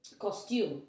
costume